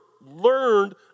learned